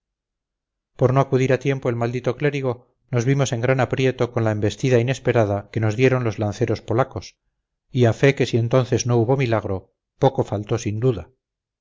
por no acudir a tiempo el maldito clérigo nos vimos en gran aprieto con la embestida inesperada que nos dieron los lanceros polacos y a fe que si entonces no hubo milagro poco faltó sin duda